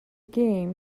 game